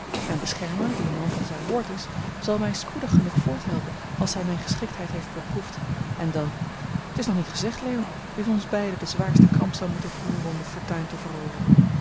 mijn beschermer die een man van zijn woord is zal mij spoedig genoeg voorthelpen als hij mijne geschiktheid heeft beproefd en dan het is nog niet gezegd leo wie van ons beiden den zwaarsten kamp zal moeten voeren om de fortuin te veroveren